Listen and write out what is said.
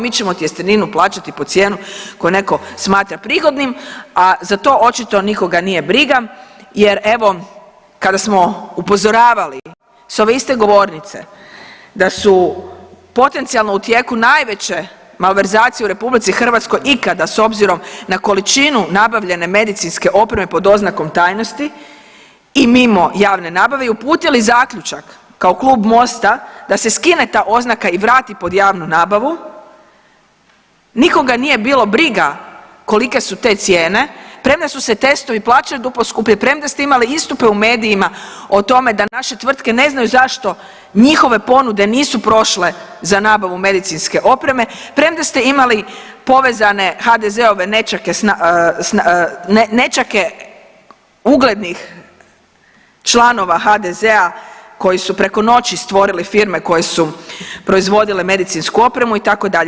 Mi ćemo tjesteninu plaćati po cijenu koju netko smatra prigodnim, a za to očito nikoga nije briga jer evo kada smo upozoravali sa ove iste govornice da su potencijalno u tijeku najveće malverzacije u Republici Hrvatskoj ikada s obzirom na količinu nabavljene medicinske opreme pod oznakom tajnosti i mimo javne nabave i uputili zaključak kao klub MOST-a da se skine ta oznaka i vrati pod javnu nabavu nikoga nije bilo briga kolike su te cijene premda su se testovi plaćali duplo skuplje, premda ste imali istupe u medijima o tome da naše tvrtke ne znaju zašto njihove ponude nisu prošle za nabavu medicinske opreme, premda ste imali povezane HDZ-ove nećake uglednih članova HDZ-a koji su preko noći stvorili firme koje su proizvodile medicinsku opremu itd.